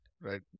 right